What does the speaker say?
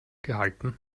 gehalten